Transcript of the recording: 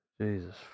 Jesus